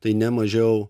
tai ne mažiau